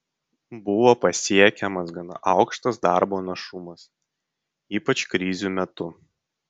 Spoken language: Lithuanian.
buvo pasiekiamas gana aukštas darbo našumas ypač krizių metu